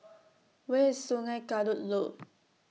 Where IS Sungei Kadut Loop